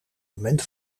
moment